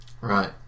Right